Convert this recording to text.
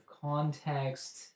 context